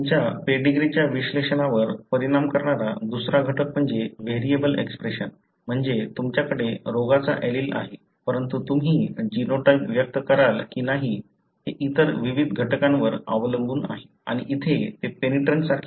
तुमच्या पेडीग्रीच्या विश्लेषणावर परिणाम करणारा दुसरा घटक म्हणजे व्हेरिएबल एक्स्प्रेशन म्हणजे तुमच्याकडे रोगाचा एलील आहे परंतु तुम्ही फिनोटाइप व्यक्त कराल की नाही हे इतर विविध घटकांवर अवलंबून आहे आणि इथे ते पेनिट्रन्स सारखे नाही